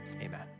Amen